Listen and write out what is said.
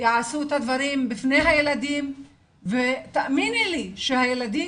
יעשו את הדברים בפני הילדים ותאמיני לי שהילדים